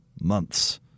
months